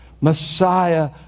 Messiah